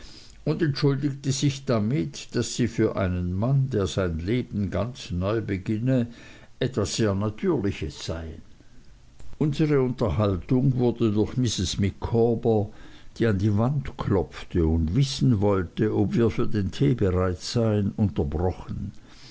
und entschuldigte sich damit daß sie für einen mann der sein leben ganz neu beginne etwas sehr natürliches seien unsere unterhaltung wurde durch mrs micawber die an die wand klopfte und wissen wollte ob wir für den tee bereit seien unterbrochen